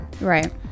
Right